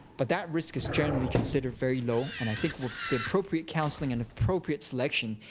but that risk is generally considered very low. and i think with the appropriate counseling and appropriate selection,